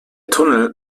tunnel